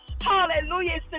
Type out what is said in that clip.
Hallelujah